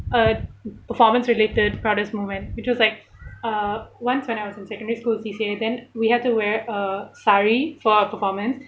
a performance related proudest moment which was like uh once when I was in secondary school C_C_A then we had to wear a sari for performance